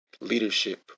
leadership